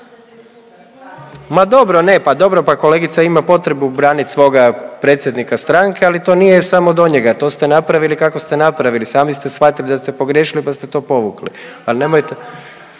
Ma dobro, ne, pa dobro, kolegica ima potrebu braniti svoga predsjednika stranke, ali to nije samo do njega, to ste napravili kako ste napravili, sami ste shvatili da ste pogriješili pa ste to povukli,